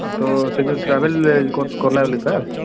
ତ ସେ ଯେଉଁ ଟ୍ରାଭେଲ୍ କଲା ବୋଲି ସାର୍